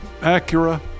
Acura